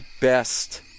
best